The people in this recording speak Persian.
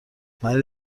مردی